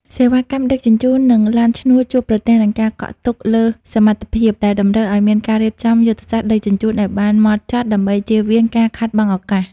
សេវាកម្មដឹកជញ្ជូន និងឡានឈ្នួលជួបប្រទះនឹងការកក់ទុកលើសសមត្ថភាព ដែលតម្រូវឱ្យមានការរៀបចំយុទ្ធសាស្ត្រដឹកជញ្ជូនឱ្យបានហ្មត់ចត់ដើម្បីចៀសវាងការខាតបង់ឱកាស។